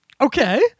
Okay